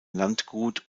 landgut